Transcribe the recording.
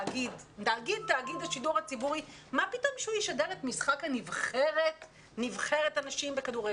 מה פתאום שתאגיד השידור הציבורי ישדר את משחק נבחרת הנשים בכדורגל?